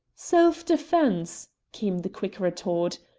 self-defence! came the quick retort.